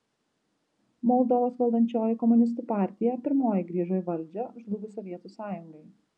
moldovos valdančioji komunistų partija pirmoji grįžo į valdžią žlugus sovietų sąjungai